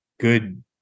good